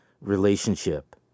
relationship